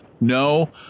no